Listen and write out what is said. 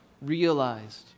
realized